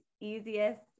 easiest